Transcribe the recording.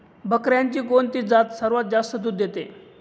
बकऱ्यांची कोणती जात सर्वात जास्त दूध देते?